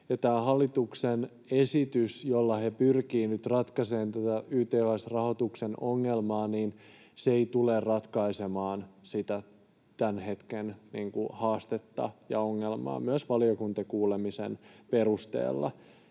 hallituksen esitys, jolla he pyrkivät nyt ratkaisemaan tätä YTHS-rahoituksen ongelmaa, ei tule ratkaisemaan tämän hetken haastetta ja ongelmaa myöskään valiokuntakuulemisen perusteella.